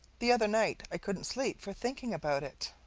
the other night i couldn't sleep for thinking about it.